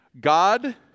God